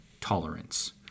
tolerance